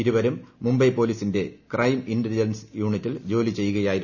ഇരുവരും മുംബൈ പോലീസിന്റെ crime intelligence യൂണിറ്റിൽ ജോലി ചെയ്യുകയായിരുന്നു